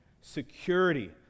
Security